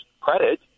credit